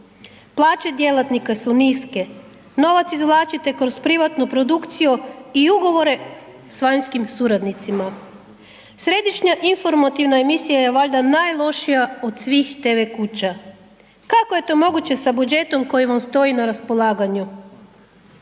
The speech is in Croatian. plaće djelatnika su niske, novac izvlačite kroz privatnu produkciju i ugovore s vanjskim suradnicima. Središnja informativna emisija je valjda najlošija od svih TV kuća, kako je to moguće sa budžetom koji vam stoji na raspolaganju?